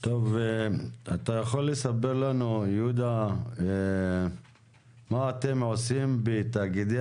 אתה יכול לספר לנו יהודה מה אתם עושים בתאגידי